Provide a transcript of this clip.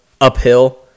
uphill